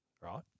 Right